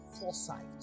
foresight